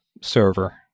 server